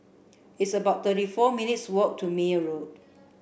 it's about thirty four minutes' walk to Meyer Road